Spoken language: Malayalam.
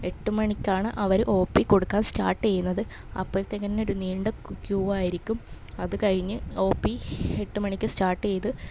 എട്ട് മണിക്കാണ് അവർ ഓ പ്പി കൊടുക്കാൻ സ്റ്റാട്ട് ചെയ്യുന്നത് അപ്പഴ്ത്തേക്കന്നെ ഒരു നീണ്ട ക്യൂവായിരിക്കും അത് കഴിഞ്ഞ് ഓ പ്പി എട്ട് മാണിക്ക് സ്റ്റാട്ട് ചെയ്ത